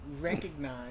recognize